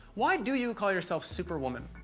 why do you call yourself superwoman?